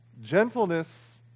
Gentleness